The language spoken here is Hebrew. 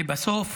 ובסוף